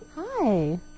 Hi